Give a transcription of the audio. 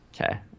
Okay